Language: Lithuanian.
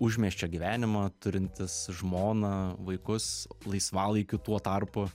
užmiesčio gyvenimą turintys žmoną vaikus laisvalaikiu tuo tarpu